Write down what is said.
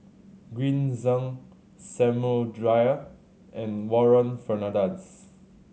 Green Zeng Samuel Dyer and Warren Fernandez